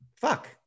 fuck